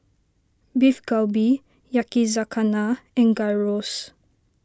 Beef Galbi Yakizakana and Gyros